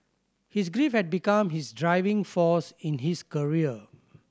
his grief had become his driving force in his career